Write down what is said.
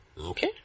Okay